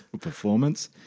Performance